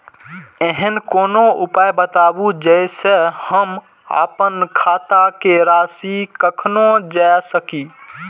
ऐहन कोनो उपाय बताबु जै से हम आपन खाता के राशी कखनो जै सकी?